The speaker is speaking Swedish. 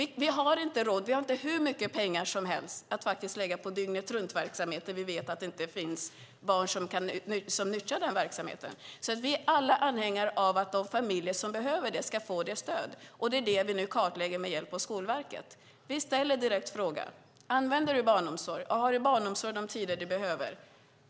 Vi har inte råd. Vi har inte hur mycket pengar som helst att lägga på dygnetruntverksamhet när vi vet att det inte finns barn som nyttjar den verksamheten. Vi är alla anhängare av att de familjer som behöver barnomsorg ska få stöd. Det är vad vi nu kartlägger med hjälp av Skolverket. Vi ställer en direkt fråga. Använder du barnomsorg, och har du barnomsorg de tider du behöver?